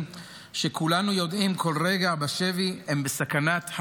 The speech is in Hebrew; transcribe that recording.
11 סימון דוידסון (יש עתיד): 13 מטי צרפתי